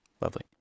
Lovely